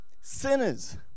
sinners